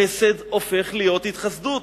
החסד הופך להיות התחסדות.